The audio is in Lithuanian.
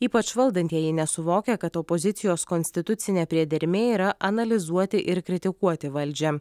ypač valdantieji nesuvokia kad opozicijos konstitucinė priedermė yra analizuoti ir kritikuoti valdžią